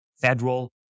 federal